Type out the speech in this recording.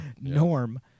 Norm